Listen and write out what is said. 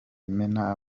imena